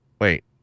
Wait